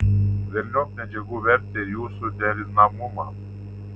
velniop medžiagų vertę ir jų suderinamumą